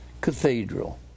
Cathedral